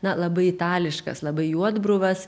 na labai itališkas labai juodbruvas